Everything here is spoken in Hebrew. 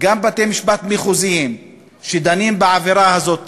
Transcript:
גם בתי-משפט מחוזיים שדנים בעבירה הזו,